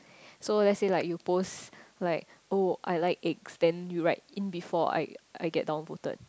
so let's say like you post like oh I like eggs then you write in before I I get down voted